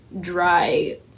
dry